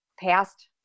Past